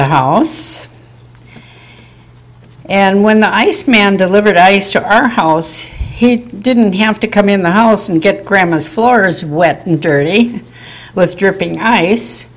the house and when the iceman delivered ice to our house he didn't have to come in the house and get grandma's floors wet and dirty with dripping ice